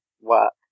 work